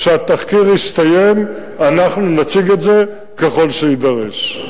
כשהתחקיר יסתיים, אנחנו נציג את זה ככל שיידרש.